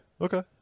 okay